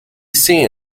seen